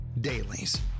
Dailies